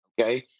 Okay